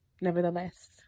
nevertheless